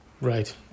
Right